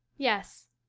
yes.